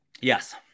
Yes